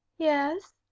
yes.